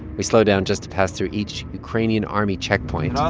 we slow down just to pass through each ukrainian army checkpoint